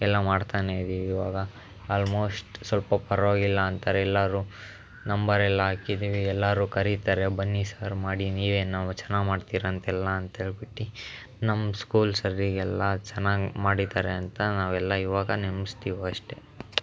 ಎಲ್ಲ ಮಾಡ್ತನೇ ಇದೀವಿ ಇವಾಗ ಆಲ್ಮೋಸ್ಟ್ ಸ್ವಲ್ಪ ಪರವಾಗಿಲ್ಲ ಅಂತಾರೆ ಎಲ್ಲರೂ ನಂಬರ್ ಎಲ್ಲ ಹಾಕಿದ್ದೀವಿ ಎಲ್ಲರೂ ಕರೀತಾರೆ ಬನ್ನಿ ಸರ್ ಮಾಡಿ ನೀವೇನು ಚೆನ್ನಾಗಿ ಮಾಡ್ತೀರ ಅಂತ ಎಲ್ಲ ಅಂತ ಹೇಳ್ಬಿಟ್ಟು ನಮ್ಮ ಸ್ಕೂಲ್ ಸರ್ರಿಗೆಲ್ಲ ಚೆನ್ನಾಗಿ ಮಾಡಿದ್ದಾರೆ ಅಂತ ನಾವೆಲ್ಲ ಇವಾಗ ನೆನ್ಪ್ಸ್ತೀವಿ ಅಷ್ಟೆ